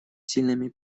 сильными